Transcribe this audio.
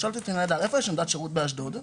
היא שאלה אותי איפה יש עמדת שירות באשדוד,